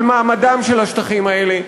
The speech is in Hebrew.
של מעמדם של השטחים האלה,